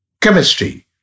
chemistry